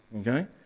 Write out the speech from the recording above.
okay